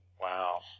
Wow